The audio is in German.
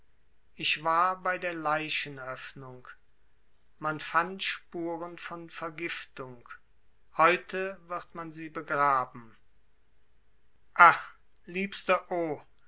ich war bei der leichenöffnung man fand spuren von vergiftung heute wird man sie begraben ach liebster o